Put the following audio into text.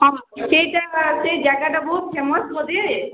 ହଁ ସେଇଟା ସେଇ ଜାଗାଟା ବହୁତ ଫେମସ୍ ବୋଧେ